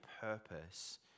purpose